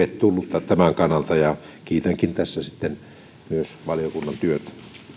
todella tervetullutta tämän kannalta ja kiitänkin tässä myös valiokunnan työtä